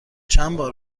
چندبار